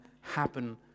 happen